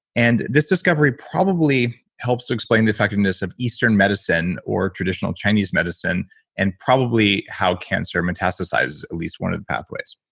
and this discovery probably helps to explain the effectiveness of eastern medicine or traditional chinese medicine and probably how cancer metastasized at least one of the pathways.